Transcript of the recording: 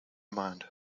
mind